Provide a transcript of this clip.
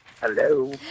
hello